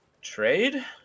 trade